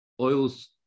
Oils